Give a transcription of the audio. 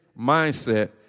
mindset